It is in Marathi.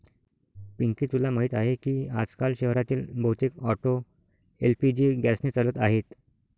पिंकी तुला माहीत आहे की आजकाल शहरातील बहुतेक ऑटो एल.पी.जी गॅसने चालत आहेत